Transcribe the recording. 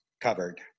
covered